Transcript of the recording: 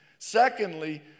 Secondly